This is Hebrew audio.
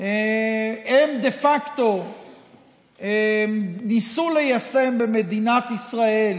הם ניסו דה פקטו ליישם במדינת ישראל